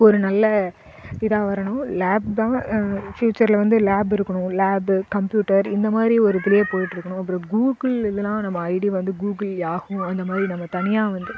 ஒரு நல்ல இதாக வரணும் லேபு தான் ஃபியூச்சரில் வந்து லேபு இருக்கணும் லேபு கம்பியூட்டர் இந்த மாரி ஒரு இதுல போயிட்டுருக்குணும் அப்புறம் கூகுள் இல்லைனா நம்ப ஐடி வந்து கூகுள் யாகு அந்த மாரி நம்ப தனியாக வந்து